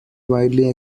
widely